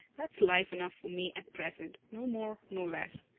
that's life enough for me at present no more, no less.